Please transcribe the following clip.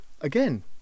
Again